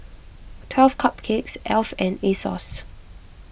twelve Cupcakes Alf and Asos